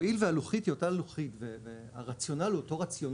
הואיל והלוחית היא אותה לוחית והרציונל הוא אותו רציונל,